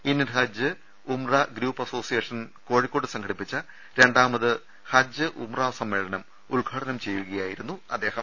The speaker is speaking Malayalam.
ഇന്ത്യൻ ഹജ്ജ് ഉംറ ഗ്രൂപ്പ് അസോസിയേഷൻ കോഴിക്കോട് സംഘടിപ്പിച്ച രണ്ടാമത് ഹജ്ജ് ഉംറ സമ്മേളനം ഉദ്ഘാടനം ചെയ്യുകയായിരുന്നു അദ്ദേഹം